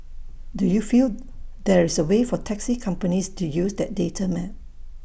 do you feel there is A way for taxi companies to use that data map